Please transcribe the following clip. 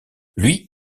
lui